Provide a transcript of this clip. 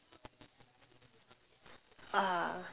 ah